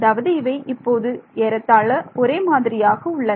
அதாவது இவை இப்போது ஏறத்தாழ ஒரே மாதிரியாக உள்ளன